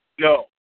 No